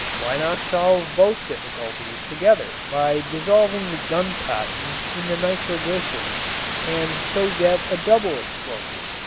why not solve both difficulties together by dissolving the guncotton in the nitroglycerin and so get a double explosive?